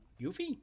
Yuffie